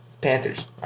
Panthers